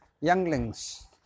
Younglings